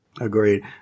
Agreed